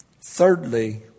Thirdly